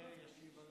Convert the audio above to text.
ישיב?